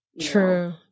True